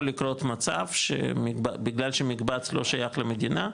יכול לקרות מצב שבגלל שמקבץ לא שייך למדינה,